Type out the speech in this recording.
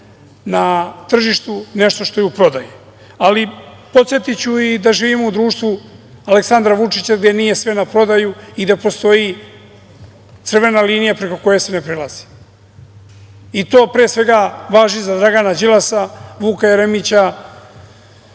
na tržištu, nešto što je u prodaji. Podsetiću i da živimo u društvu Aleksandra Vučića gde nije sve na prodaju i da postoji crvena linija preko koje se ne prelazi. To pre svega važi za Dragana Đilasa, Vuka Jeremića,